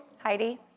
Heidi